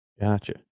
Gotcha